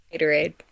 Gatorade